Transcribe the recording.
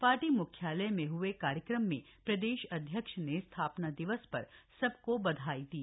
party म्ख्यालय में हए कार्यक्रम में प्रदेश अध्यक्ष ने स्थापना दिवस पर सबको बधाई दी